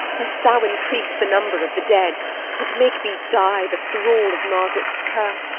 lest thou increase the number of the dead and make me die the thrall of margaret's curse,